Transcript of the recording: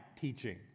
teaching